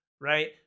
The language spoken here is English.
right